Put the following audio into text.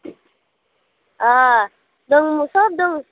अ दं सोब दङ